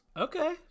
Okay